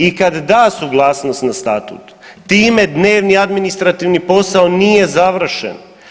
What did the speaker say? I kad da suglasnost na statut time dnevni i administrativni posao nije završen.